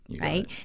Right